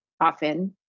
often